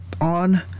on